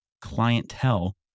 clientele